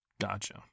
Gotcha